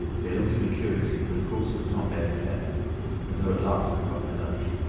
they looked at me curiously, but of course it was not their affair and so at last i got my lunch.